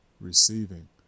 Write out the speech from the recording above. receiving